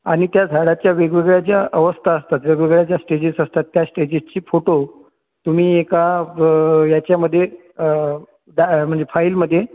आणि त्या झाडाच्या वेगवेगळ्या ज्या अवस्था असतात वेगवेगळ्या ज्या स्टेजेस असतात तर त्या स्टेजेसचे फोटो तुम्ही एका याच्यामध्ये अ म्हणजे काय फाईलमध्ये